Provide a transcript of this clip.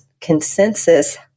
consensus